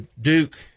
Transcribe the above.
Duke